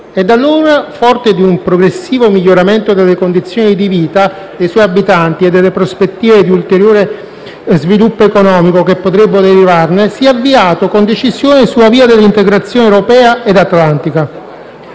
e da allora, forte di un progressivo miglioramento delle condizioni di vita dei suoi abitanti e delle prospettive di ulteriore sviluppo economico che potrebbero derivarne, si è avviato con decisione sulla via dell'integrazione europea ed atlantica.